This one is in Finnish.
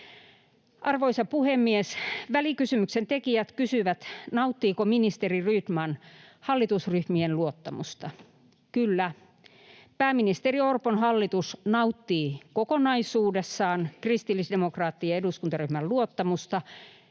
Arvoisa puhemies! Välikysymyksen tekijät kysyvät, nauttiiko ministeri Rydman hallitusryhmien luottamusta. Kyllä, pääministeri Orpon hallitus nauttii kokonaisuudessaan kristillisdemokraattisen eduskuntaryhmän luottamusta